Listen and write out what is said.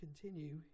continue